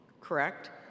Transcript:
correct